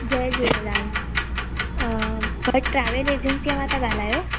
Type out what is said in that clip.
जय Jhulelal Bhat travel एजंसीअ मां था ॻाल्हायो